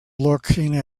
looking